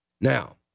Now